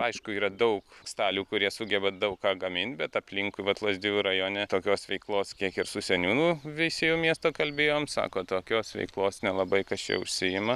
aišku yra daug stalių kurie sugeba daug ką gamint bet aplinkui vat lazdijų rajone tokios veiklos kiek ir su seniūnu veisiejų miesto kalbėjom sako tokios veiklos nelabai kas čia užsiima